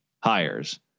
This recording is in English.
hires